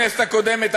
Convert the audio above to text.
מהכנסת הקודמת.